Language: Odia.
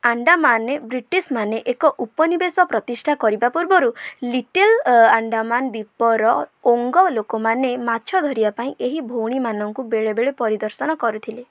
ଆଣ୍ଡାମାନ ମାନେ ବ୍ରିଟିଶମାନେ ଏକ ଉପନିବେଶ ପ୍ରତିଷ୍ଠା କରିବା ପୂର୍ବରୁ ଲିଟିଲ ଆଣ୍ଡାମାନ ଦ୍ୱୀପର ଓଙ୍ଗ ଲୋକମାନେ ମାଛ ଧରିବାପାଇଁ ଏହି ଭଉଣୀମାନଙ୍କୁ ବେଳେବେଳେ ପରିଦର୍ଶନ କରୁଥିଲେ